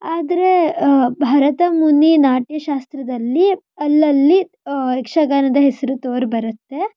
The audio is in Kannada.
ಆದ್ರೆ ಭರತ ಮುನಿ ನಾಟ್ಯಶಾಸ್ತ್ರದಲ್ಲಿ ಅಲ್ಲಲ್ಲಿ ಯಕ್ಷಗಾನದ ಹೆಸರು ತೋರಿಬರುತ್ತೆ